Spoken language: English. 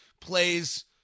plays